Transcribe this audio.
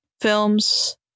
film's